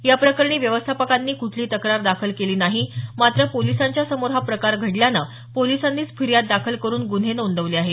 याप्रकरणी व्यवस्थापकांनी कुठलीही तक्रार दाखल केली नाही मात्र पोलिसांच्या समोर हा प्रकार घडल्यानं पोलिसांनीच फिर्याद दाखल करून ग्रन्हे नोंदवले आहे